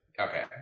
Okay